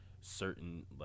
certain